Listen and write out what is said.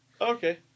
okay